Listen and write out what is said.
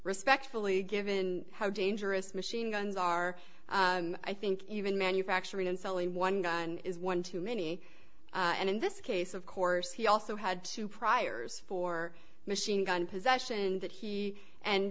respectfully given how dangerous machine guns are and i think even manufacturing and selling one gun is one too many and in this case of course he also had to priors for machine gun possession and that he and